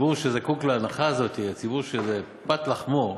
הציבור שזקוק להנחה הזאת, הציבור שזו פת לחמו,